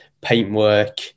paintwork